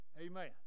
Amen